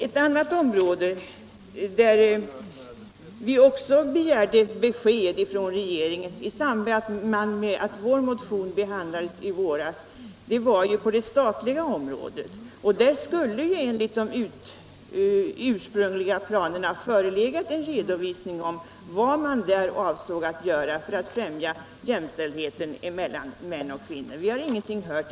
Ett annat område där vi också begärde besked från regeringen i samband med att vår motion behandlades i våras var ju det statliga området. Enligt de ursprungliga planerna borde det nu ha förelegat en redovisning av vad man där avsåg att göra för att främja jämställdheten mellan män och kvinnor. Vi har ännu ingenting hört.